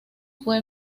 fue